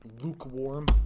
lukewarm